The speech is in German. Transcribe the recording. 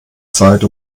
zeit